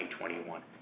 2021